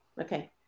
Okay